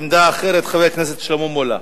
עמדה אחרת, חבר הכנסת שלמה מולה.